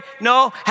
No